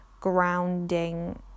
grounding